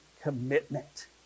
commitment